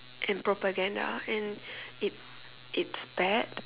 and propaganda and it it's bad